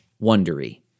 wondery